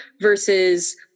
versus